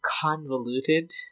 convoluted